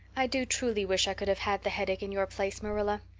i do truly wish i could have had the headache in your place, marilla.